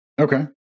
Okay